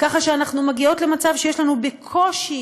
ככה שאנחנו מגיעות למצב שיש לנו בקושי